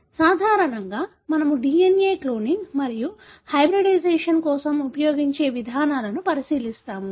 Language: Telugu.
సాధారణంగా మనము DNA క్లోనింగ్ మరియు హైబ్రిడైజేషన్ కోసం ఉపయోగించే విధానాలను పరిశీలిస్తాము